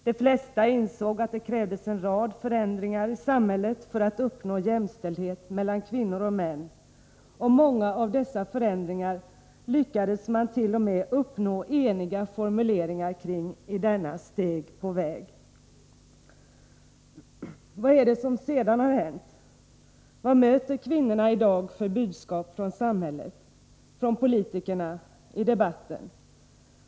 De flesta insåg att det krävdes en rad förändringar i samhället för att uppnå jämställdhet mellan kvinnor och män, och många av dessa förändringar lyckades man t.o.m. uppnå eniga formuleringar kring i denna Steg på väg. Vad är det som sedan har hänt? Vad möter kvinnorna i dag för budskap från samhället, från politikerna, i debatten?